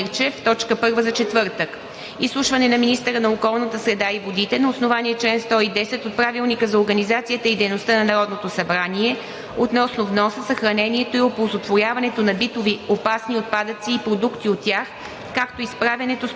август 2021 г. – точка първа за четвъртък. 5. Изслушване на министъра на околната среда и водите на основание чл. 110 от Правилника за организацията и дейността на Народното събрание относно вноса, съхранението и оползотворяването на битови опасни отпадъци и продукти от тях,